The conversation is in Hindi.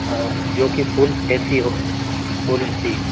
हाँ जो कि फुल ए सी हो फुल ए सी